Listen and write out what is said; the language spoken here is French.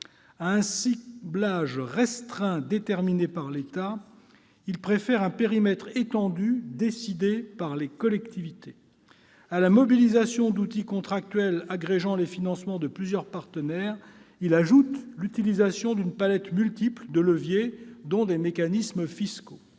À un ciblage restreint déterminé par l'État, ce texte préfère un périmètre étendu décidé par les collectivités. À la mobilisation d'outils contractuels agrégeant les financements de plusieurs partenaires, il ajoute l'utilisation d'une palette multiple de leviers, dont des mécanismes fiscaux.